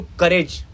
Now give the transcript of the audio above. courage